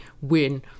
win